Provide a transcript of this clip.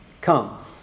Come